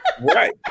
right